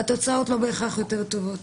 והתוצאות לא בהכרח יותר טובות.